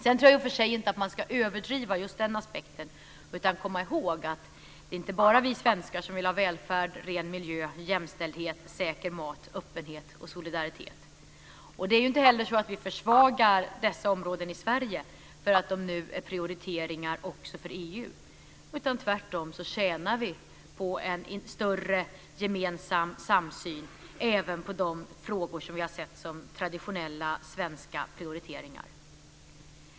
Jag tror i och för sig inte att man ska överdriva just den aspekten utan komma ihåg att det är inte bara vi svenskar som vill ha välfärd, ren miljö, jämställdhet, säker mat, öppenhet och solidaritet. Det är inte heller så att vi försvagar dessa områden i Sverige för att de nu är prioriteringar också för EU. Tvärtom tjänar vi på en större gemensam samsyn även i de frågor som vi har sett som traditionella svenska prioriteringar.